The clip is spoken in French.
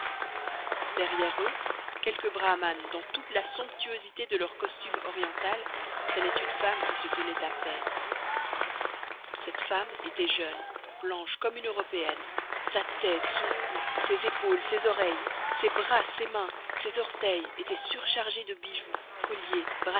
derrière eux quelques brahmanes dans toute la somptuosité de leur costume oriental traînaient une femme qui se soutenait à peine cette femme était jeune blanche comme une européenne sa tête son cou ses épaules ses oreilles ses bras ses mains ses orteils étaient surchargés de bijoux colliers